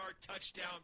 touchdown